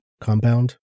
Compound